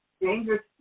dangerous